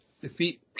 defeat